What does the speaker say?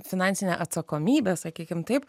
finansinė atsakomybė sakykim taip